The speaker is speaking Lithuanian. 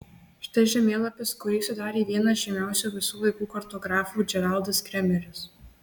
štai žemėlapis kurį sudarė vienas žymiausių visų laikų kartografų džeraldas kremeris